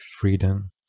freedom